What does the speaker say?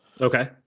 Okay